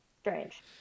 strange